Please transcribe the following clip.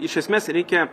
iš esmės reikia